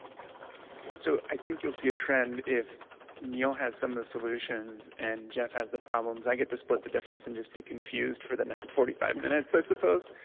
yeah so i think you'll see a trend, if neil has some of the solutions, and jeff has the problems, i get to split the difference and just be confused for the next forty five minutes, i suppose.